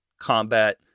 combat